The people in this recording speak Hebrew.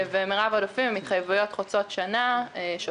מרב העודפים הן התחייבויות שוטפות חוצות שנה.